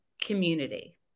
community